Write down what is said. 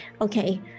Okay